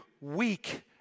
weak